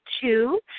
two